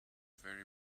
very